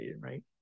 right